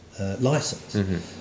license